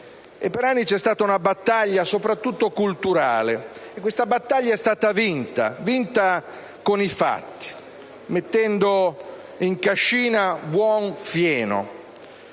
Per anni c'è stata una battaglia, soprattutto culturale: una bottiglia che è stata vinta con i fatti, mettendo in cascina buon fieno.